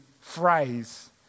phrase